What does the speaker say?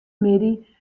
middei